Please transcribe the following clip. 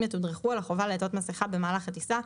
יתודרכו על החובה לעטות מסכה במהלך הטיסה,